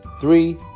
three